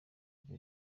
iryo